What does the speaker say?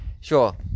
Sure